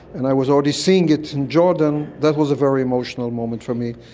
and i was already seeing it in jordan. that was a very emotional moment for me.